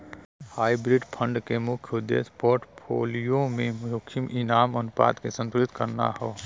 hybrid fund क मुख्य उद्देश्य पोर्टफोलियो में जोखिम इनाम अनुपात के संतुलित करना हौ